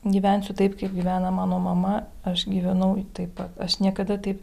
gyvensiu taip kaip gyvena mano mama aš gyvenau taip pat aš niekada taip